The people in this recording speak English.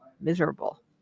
miserable